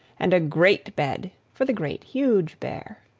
and a great bed for the great, huge bear.